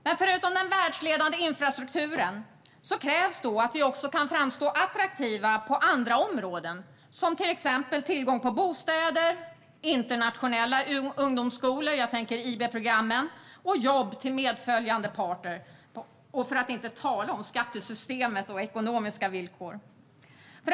Men förutom den världsledande infrastrukturen krävs då att vi också kan framstå som attraktiva på andra områden, till exempel när det gäller tillgång på bostäder, internationella ungdomsskolor - jag tänker på IB-programmen - och jobb till medföljande partner, för att inte tala om skattesystemet och ekonomiska villkor.